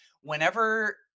whenever